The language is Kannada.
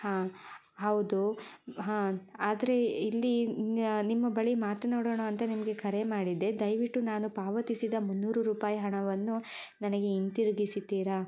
ಹಾಂ ಹೌದು ಹಾಂ ಆದರೆ ಇಲ್ಲಿ ನಿಮ್ಮ ಬಳಿ ಮಾತನಾಡೋಣ ಅಂತ ನಿಮಗೆ ಕರೆ ಮಾಡಿದ್ದೆ ದಯವಿಟ್ಟು ನಾನು ಪಾವತಿಸಿದ ಮುನ್ನೂರು ರೂಪಾಯಿ ಹಣವನ್ನು ನನಗೆ ಹಿಂತಿರುಗಿಸುತ್ತೀರಾ